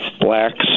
Blacks